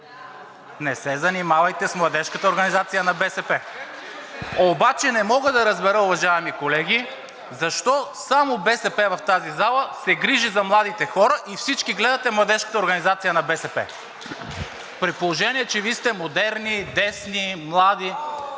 Не се занимавайте с Младежката организация на БСП! Обаче не мога да разбера, уважаеми колеги, защо само БСП в тази зала се грижи за младите хора и всички гледате Младежката организация на БСП, при положение че Вие сте модерни, десни, млади.